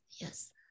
Yes